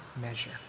measure